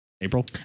April